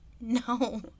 No